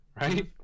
right